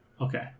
Okay